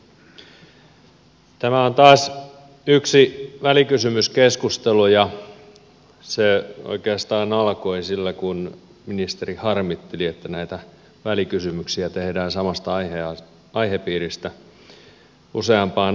tämä on taas yksi välikysymyskeskustelu ja se oikeastaan alkoi sillä kun ministeri harmitteli että näitä välikysymyksiä tehdään samasta aihepiiristä useampaan otteeseen